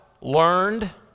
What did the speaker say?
learned